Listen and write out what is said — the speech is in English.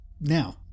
Now